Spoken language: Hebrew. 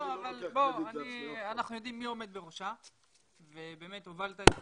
מאה אחוז, תודה לכולם.